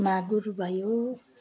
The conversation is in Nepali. मागुर भयो